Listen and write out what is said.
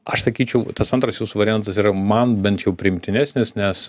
aš sakyčiau tas antras jūsų variantas yra man bent jau priimtinesnis nes